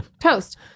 toast